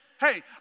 Hey